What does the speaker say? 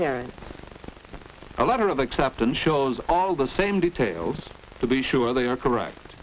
parents a lot of acceptance shows all the same details to be sure they are correct